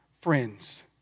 friends